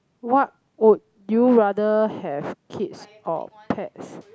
what would you rather have kids or pets